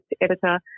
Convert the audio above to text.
editor